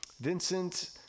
Vincent